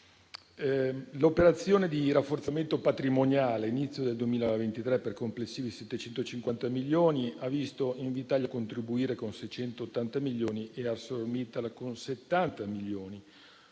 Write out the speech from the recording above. L'operazione di rafforzamento patrimoniale all'inizio del 2023, per complessivi 750 milioni, ha visto Invitalia contribuire con 680 milioni e ArcerlorMittal con 70 milioni,